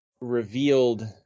revealed